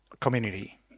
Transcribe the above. community